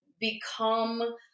become